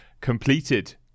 Completed